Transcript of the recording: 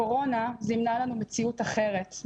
הקורונה זימנה לנו מציאות אחרת,